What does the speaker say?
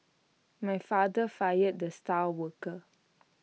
my father fired the star worker